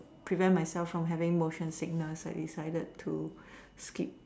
prevent myself from having motion sickness I decided to skip